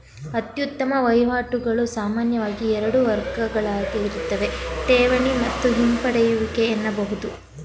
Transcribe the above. ಅತ್ಯುತ್ತಮ ವಹಿವಾಟುಗಳು ಸಾಮಾನ್ಯವಾಗಿ ಎರಡು ವರ್ಗಗಳುಆಗಿರುತ್ತೆ ಠೇವಣಿ ಮತ್ತು ಹಿಂಪಡೆಯುವಿಕೆ ಎನ್ನಬಹುದು